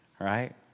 right